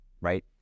right